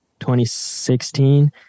2016